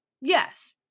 yes